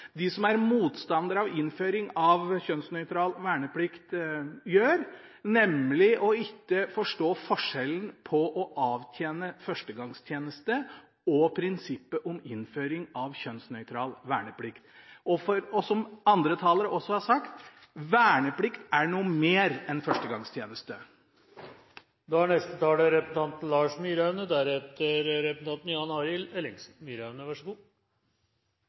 de som er motstandere av kjønnsnøytral verneplikt, og det er ikke «en rekke», for det er ikke mange her i salen – at man ikke forstår forskjellen på å avtjene førstegangstjeneste og prinsippet om innføring av kjønnsnøytral verneplikt. Som andre talere også har sagt: Verneplikt er noe mer enn førstegangstjeneste. Det er